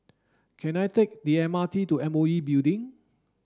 can I take the M R T to M O E Building